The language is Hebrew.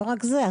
לא רק זה.